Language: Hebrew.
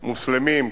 מוסלמים,